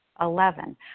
Eleven